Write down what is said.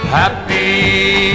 happy